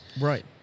Right